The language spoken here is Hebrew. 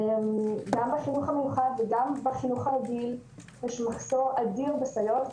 גם בחינוך המיוחד וגם בחינוך הרגיל יש מחסור אדיר בסייעות.